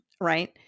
right